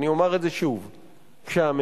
האלה.